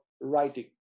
writing